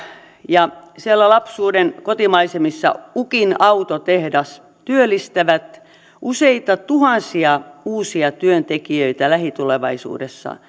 ja siellä lapsuuden kotimaisemissa ukin autotehdas työllistävät useita tuhansia uusia työntekijöitä lähitulevaisuudessa